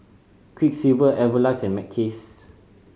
Quiksilver Everlast and Mackays